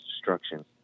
destruction